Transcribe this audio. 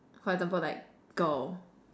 for example like girl